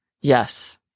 Yes